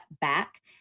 back